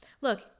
look